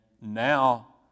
now